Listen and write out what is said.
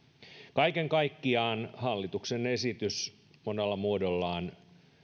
kaiken kaikkiaan hallituksen esitys monella muodollaan